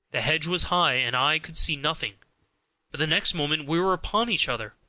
the hedge was high, and i could see nothing, but the next moment we were upon each other.